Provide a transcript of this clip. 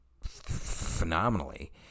phenomenally